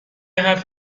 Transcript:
حرف